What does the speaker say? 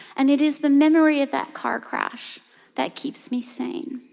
and it is the memory of that car crash that keeps me sane.